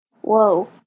whoa